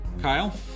Kyle